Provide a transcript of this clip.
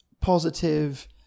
positive